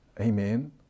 Amen